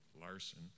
Larson